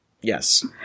Yes